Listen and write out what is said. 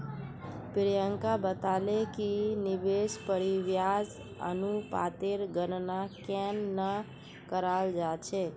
प्रियंका बताले कि निवेश परिव्यास अनुपातेर गणना केन न कराल जा छेक